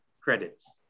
credits